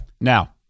Now